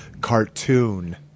cartoon